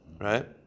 right